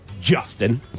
Justin